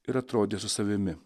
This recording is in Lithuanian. ir atrodė su savimi